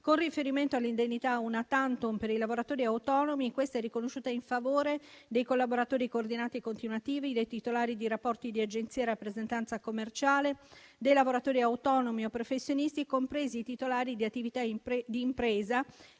Con riferimento all'indennità *una tantum* per i lavoratori autonomi, questa è riconosciuta in favore dei collaboratori coordinati e continuativi, dei titolari di rapporti di agenzia e rappresentanza commerciale, dei lavoratori autonomi o professionisti, compresi i titolari di attività di impresa